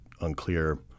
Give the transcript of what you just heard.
unclear